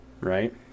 right